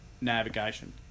navigation